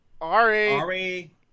Ari